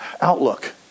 outlook